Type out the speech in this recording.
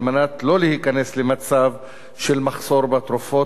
על מנת לא להיכנס למצב של מחסור בתרופות